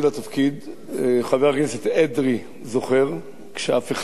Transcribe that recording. חבר הכנסת אדרי זוכר שאף אחד לא היה ער